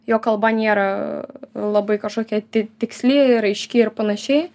jo kalba nėra labai kažkokia ti tiksli ir aiški ir panašiai